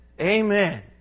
Amen